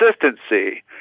consistency